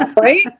Right